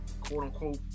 quote-unquote